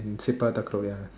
mm sepka-takraw ya